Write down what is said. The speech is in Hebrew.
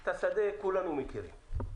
את השדה כולנו מכירים.